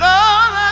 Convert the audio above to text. Lord